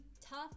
tough